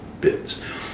bits